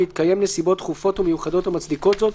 בהתקיים נסיבות דחופות ומיוחדות המצדיקות זאת,